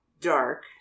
dark